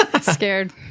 scared